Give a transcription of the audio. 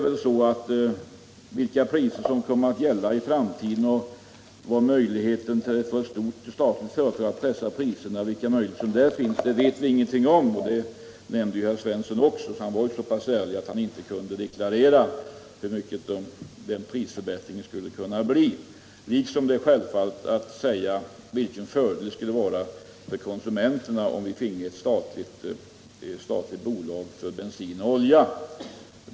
Vilka priser som kommer att gälla i framtiden och vilka möjligheter det finns för ett stort, statligt företag att pressa priserna vet vi ingenting om, och det nämnde också herr Svensson — han var så pass ärlig att han inte försökte deklarera hur stor prisförbättring det skulle kunna bli och inte heller vilken fördel det skulle vara för konsumenterna om vi fick ett statligt bolag för bensin och olja.